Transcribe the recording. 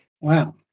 Wow